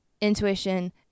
intuition